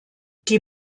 die